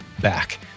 back